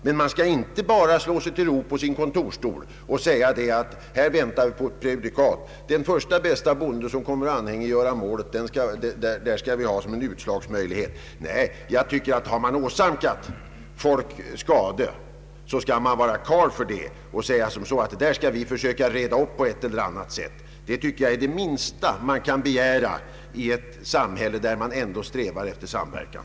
Men man skall inte bara slå sig till ro på sin kontorsstol och säga att man väntar på ett prejudikat. Den första bästa bonde som kommer och anhängiggör ett mål skall vi utnyttja för att få ett precedensfall! Nej, jag tycker att om man åsamkar folk skador skall man vara karl för det och säga att detta skall man försöka reda upp på ett eller annat sätt. Det är det minsta vi kan begära i ett samhälle där vi ändå strävar efter samverkan.